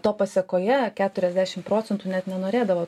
to pasekoje keturiasdešim procentų net nenorėdavo